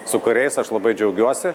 su kuriais aš labai džiaugiuosi